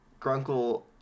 Grunkle